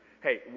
Hey